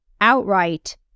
outright